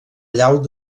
llau